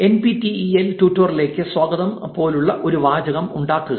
N P T E L ട്യൂട്ടോറിയലിലേക്ക് സ്വാഗതം പോലുള്ള ഒരു വാചകം ഉണ്ടാക്കുക